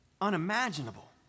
unimaginable